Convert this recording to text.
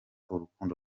urukundo